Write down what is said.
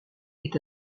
est